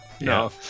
No